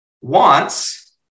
wants